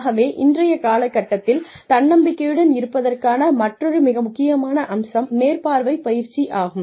ஆகவே இன்றைய காலகட்டத்தில் தன்னம்பிக்கையுடன் இருப்பதற்கான மற்றொரு மிக முக்கியமான அம்சம் மேற்பார்வை பயிற்சி ஆகும்